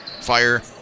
fire